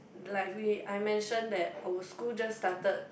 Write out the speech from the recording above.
like we I mentioned that oh school just started